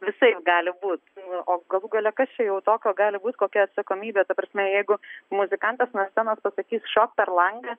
visaip gali būt o galų gale kas čia jau tokio gali būt kokia atsakomybė ta prasme jeigu muzikantas nuo scenos pasakys šok per langą